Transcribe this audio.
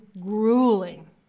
grueling